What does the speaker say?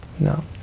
No